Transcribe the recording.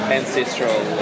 ancestral